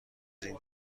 این